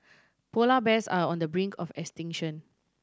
polar bears are on the brink of extinction